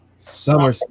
summer